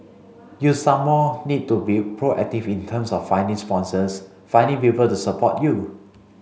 you some more need to be proactive in terms of finding sponsors finding people to support you